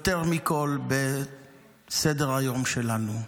יותר מכול בסדר-היום שלנו,